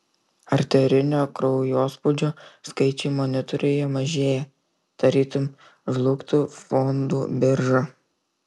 arterinio kraujospūdžio skaičiai monitoriuje mažėja tarytum žlugtų fondų birža